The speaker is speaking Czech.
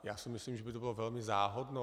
Já si myslím, že by to bylo velmi záhodno.